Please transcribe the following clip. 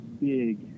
big